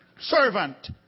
servant